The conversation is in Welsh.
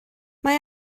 mae